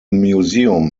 museum